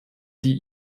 die